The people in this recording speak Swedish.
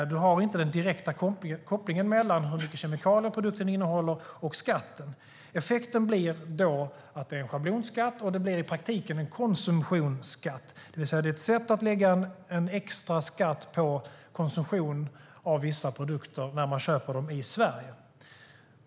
Den direkta kopplingen mellan hur mycket kemikalier produkten innehåller och skatten finns inte. Effekten blir då att det blir en schablonskatt och att det i praktiken blir en konsumtionsskatt, det vill säga att det är ett sätt att lägga en extra skatt på konsumtion av vissa produkter när man köper dem i Sverige.